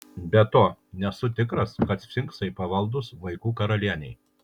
be to nesu tikras kad sfinksai pavaldūs vaikų karalienei